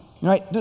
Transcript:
right